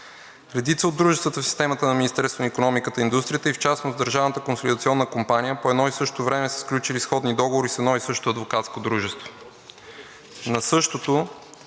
редица от дружествата в системата на Министерството на икономиката и индустрията и в частност „Държавната консолидационна компания“ по едно и също време са сключили сходни договори с едно и също адвокатско дружество.